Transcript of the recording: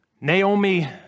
Naomi